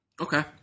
Okay